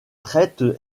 traite